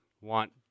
want